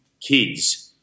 kids